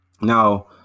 Now